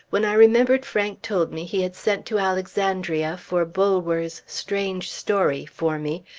when i remembered frank told me he had sent to alexandria for bulwer's strange story for me,